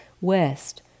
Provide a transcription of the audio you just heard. west